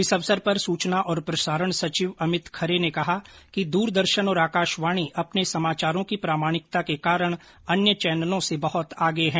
इस अवसर पर सूचना और प्रसारण सचिव अमित खरे ने कहा कि दूरदर्शन और आकाशवाणी अपने समाचारों की प्रामाणिकता के कारण अन्य चैनलों से बहुत आगे है